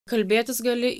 kalbėtis gali